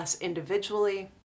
individually